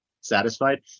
satisfied